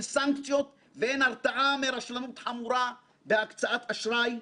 סנקציות ואין הרתעה מרשלנות חמורה בהקצאת אשראי,